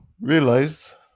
realized